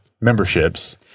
memberships